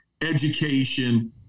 education